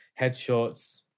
Headshots